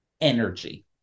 energy